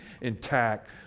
intact